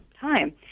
time